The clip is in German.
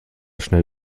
schnell